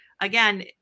Again